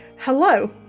hello